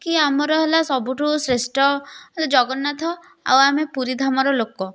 କି ଆମର ହେଲା ସବୁଠୁ ଶ୍ରେଷ୍ଠ ଜଗନ୍ନାଥ ଆଉ ଆମେ ପୁରୀ ଧାମର ଲୋକ